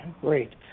great